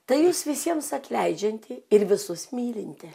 tai jūs visiems atleidžianti ir visus mylinti